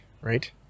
right